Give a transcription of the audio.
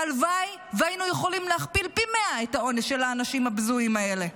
הלוואי שהיינו יכולים להכפיל פי מאה את העונש של האנשים הבזויים האלה.